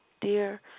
dear